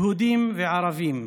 יהודים וערבים,